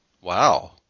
Wow